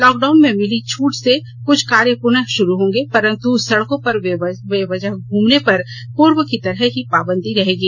lock down में मिली छूट से कुछ कार्य पुनः शुरू होंगे परन्तु सड़कों पर बेवजह घूमने पर पूर्व की तरह ही पाबंदी रहेगी